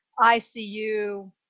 ICU